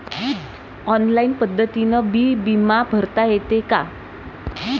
Online पद्धतीनं बी बिमा भरता येते का?